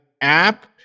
app